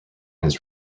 his